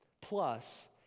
plus